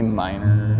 minor